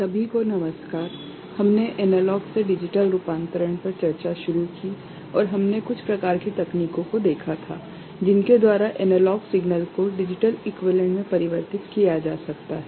सभी को नमस्कार हमने एनालॉग से डिजिटल रूपांतरण पर चर्चा शुरू की और हमने कुछ प्रकार की तकनीकों को देखा था जिनके द्वारा एनालॉग सिग्नल को डिजिटल इक्वीवेलेंट में परिवर्तित किया जा सकता है